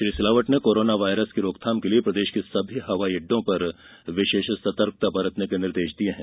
श्री सिलावट ने corona virus की रोकथाम के लिए प्रदेश के सभी हवाई अड़डो पर विशेष सतर्कता बरतने के निर्देश दिए हैं